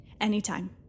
anytime